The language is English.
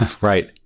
Right